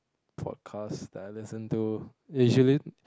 podcast that I listen to